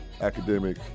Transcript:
academic